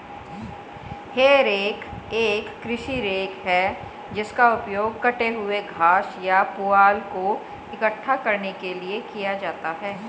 हे rake एक कृषि rake है जिसका उपयोग कटे हुए घास या पुआल को इकट्ठा करने के लिए किया जाता है